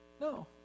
No